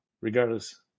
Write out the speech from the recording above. Regardless